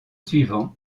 suivant